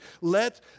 Let